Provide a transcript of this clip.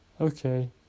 Okay